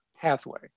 pathway